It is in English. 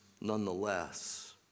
nonetheless